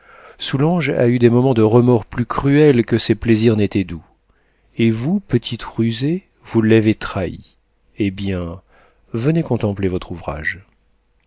soulanges a eu des moments de remords plus cruels que ses plaisirs n'étaient doux et vous petite rusée vous l'avez trahi eh bien venez contempler votre ouvrage